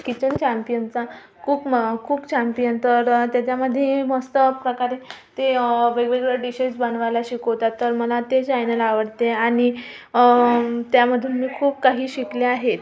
kitchen चॅम्पियनचा cook म cook champion तर त्याच्यामध्ये मस्त प्रकारे ते वेगवेगळ्या डिशेस बनवायला शिकवतात तर मला ते चॅनेल आवडते आणि त्यामधून मी खूप काही शिकले आहे